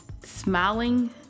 Smiling